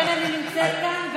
לכן אני נמצאת כאן.